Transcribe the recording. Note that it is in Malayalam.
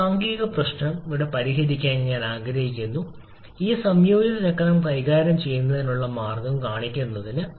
ഒരു സാംഖിക പ്രശ്നം ഇവിടെ പരിഹരിക്കാൻ ഞാൻ ആഗ്രഹിക്കുന്നു ഈ സംയോജിത ചക്രം കൈകാര്യം ചെയ്യുന്നതിനുള്ള മാർഗം കാണിക്കുന്നതിന്